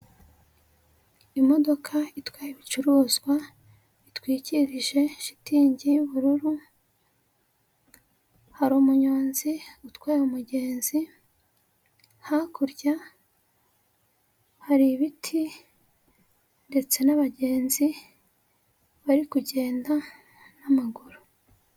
Imodoka itwaye ibicuruzwa bitwikirije shitingi y'ubururu, hari umuyonzi utwaye umugenzi, hakurya hari ibiti ndetse n'abagenzi bari kugenda n'amaguru.